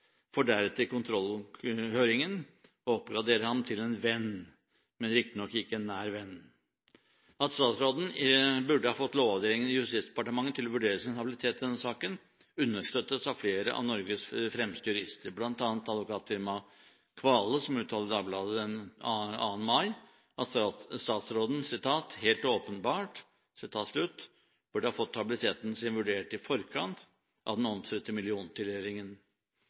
for deretter i kontrollhøringen å oppgradere ham til en «venn», men riktignok ikke en nær venn. At statsråden burde ha fått Lovavdelingen i Justisdepartementet til å vurdere hans habilitet i denne saken, understøttes av flere av Norges fremste jurister, bl.a. av advokatfirmaet Kvale som uttaler i Dagbladet den 2. mai at statsråden «helt åpenbart» burde ha fått habiliteten sin vurdert i forkant av den omstridte